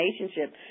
relationship